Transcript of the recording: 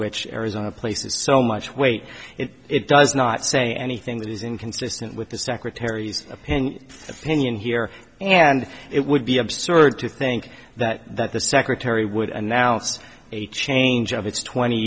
which arizona places so much weight it does not say anything that is inconsistent with the secretary's opinion opinion here and it would be absurd to think that that the secretary would announce a change of its twenty